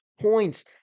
points